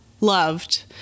loved